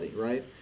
right